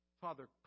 Father